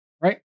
right